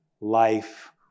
life